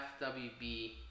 FWB